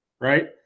Right